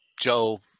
Joe